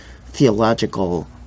theological